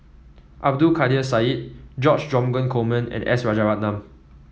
Abdul Kadir Syed George Dromgold Coleman and S Rajaratnam